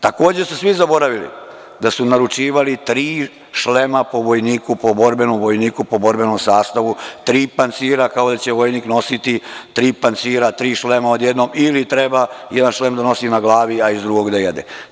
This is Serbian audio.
Takođe su svi zaboravili da su naručivali tri šlema po vojniku, po borbenom vojniku, po borbenom sastavu, tri pancira, kao da će vojnik nositi tri pancira, tri šlema odjednom ili treba jedan šlem da nosi na glavi, a iz drugog da jede.